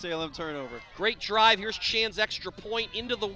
sale of turnover great drive your chance extra point into the